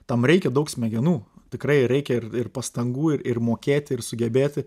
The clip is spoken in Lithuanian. tam reikia daug smegenų tikrai reikia ir ir pastangų ir ir mokėti ir sugebėti